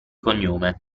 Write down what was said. cognome